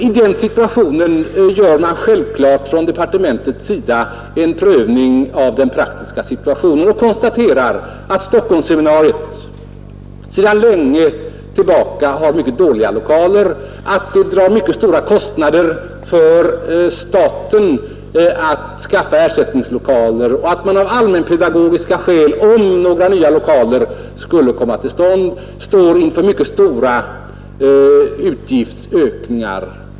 I det läget gjorde departementet självklart en prövning av den praktiska situationen och konstaterade att Stockholmsseminariet sedan lång tid tillbaka har mycket dåliga lokaler, att det drar mycket stora kostnader för staten att skaffa ersättningslokaler och att man av allmänpedagogiska skäl, om några nya lokaler skall komma till stånd, står inför mycket stora utgiftsökningar.